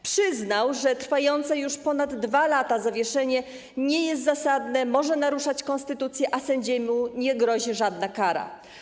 Przyznał, że trwające już ponad 2 lata zawieszenie nie jest zasadne, może naruszać konstytucję, a sędziemu nie grozi żadna kara.